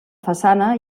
façana